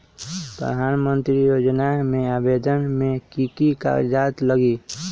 प्रधानमंत्री योजना में आवेदन मे की की कागज़ात लगी?